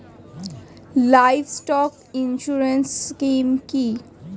Livestock insurance scheme কি?